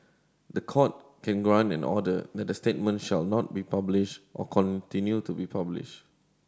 the Court can grant in an order that the statement shall not be published or continue to be published